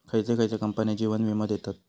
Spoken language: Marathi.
खयचे खयचे कंपने जीवन वीमो देतत